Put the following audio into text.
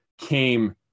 came